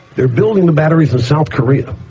they're building the batteries in south korea.